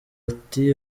ati